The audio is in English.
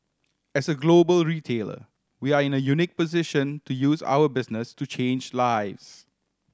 as a global retailer we are in a unique position to use our business to change lives